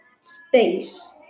space